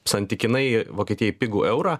santykinai vokietijai pigų eurą